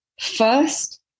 First